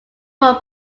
from